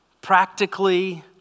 practically